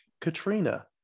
Katrina